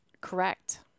Correct